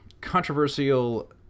Controversial